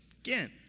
Again